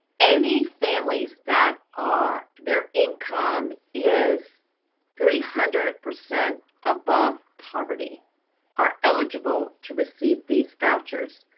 any families that are, their income is three hundred percent above poverty are eligible to receive these vouchers